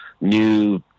new